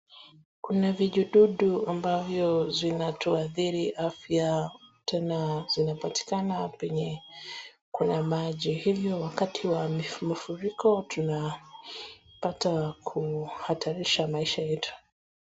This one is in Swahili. Kuna vijidudu ambavyo zinatuadhiri afya tena zinapatikana penye kuna maji. Hivyo wakati kuna mafuriko tunapata kuhatarisha maisha yetu.